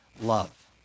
love